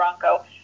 Bronco